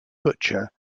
butcher